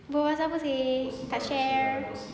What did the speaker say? berbual pasal apa seh tak share